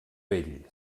vell